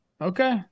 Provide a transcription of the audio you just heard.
Okay